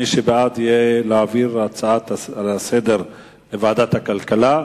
מי שבעד מצביע בעד העברת ההצעה לסדר-היום לוועדת הכלכלה.